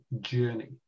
journey